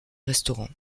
restaurant